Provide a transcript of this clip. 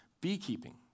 beekeeping